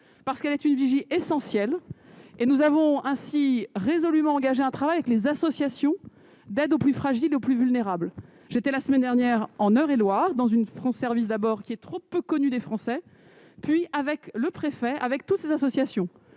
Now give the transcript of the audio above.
parce qu'elle est une vigie essentiel et nous avons ainsi résolument engagé un travail avec les associations d'aide aux plus fragiles, aux plus vulnérables, j'étais la semaine dernière en Eure et Loir dans une France, service d'abord qui est trop peu connu des Français, puis avec le préfet avec toutes ces associations